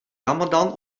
ramadan